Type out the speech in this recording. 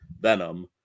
Venom